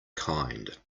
kind